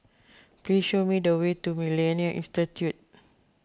please show me the way to Millennia Institute